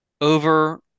Over